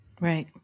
Right